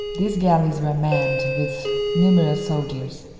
these galleys were manned with numerous soldiers.